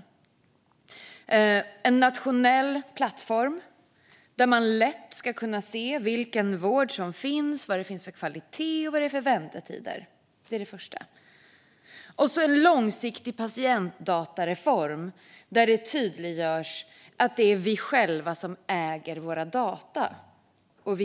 Det första gäller en nationell plattform, där man lätt ska kunna se vilken vård som finns, vilken kvalitet den har och vad det är för väntetider. Det andra gäller en långsiktig patientdatareform, där det tydliggörs att det är vi själva som äger våra data och